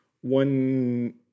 one